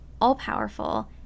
all-powerful